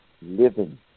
living